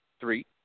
three